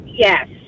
Yes